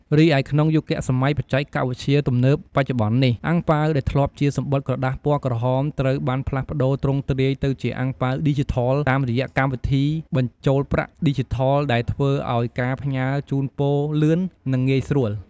រីឯក្នុងយុគសម័យបច្ចេកវិទ្យាទំនើបបច្ចុប្បន្ននេះ អាំងប៉ាវដែលធ្លាប់ជាសំបុត្រក្រដាសពណ៌ក្រហមត្រូវបានផ្លាស់ប្ដូរទ្រង់ទ្រាយទៅជាអាំងប៉ាវឌីជីថល តាមរយៈកម្មវិធីបញ្ចូនប្រាក់ឌីជីថលដែលធ្វើឲ្យការផ្ញើជូនពរលឿន និងងាយស្រួល។